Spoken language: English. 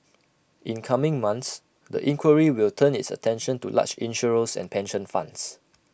in coming months the inquiry will turn its attention to large insurers and pension funds